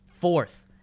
fourth